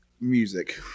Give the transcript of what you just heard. music